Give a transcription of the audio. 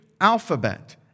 alphabet